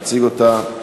גש להציג אותה.